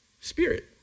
spirit